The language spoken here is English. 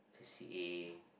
C A